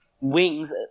wings